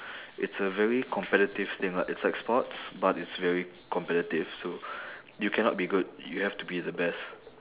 it's a very competitive thing lah it's like sports but it's very competitive so you cannot be good you have to be the best